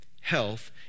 Health